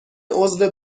عضو